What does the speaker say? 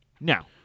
Now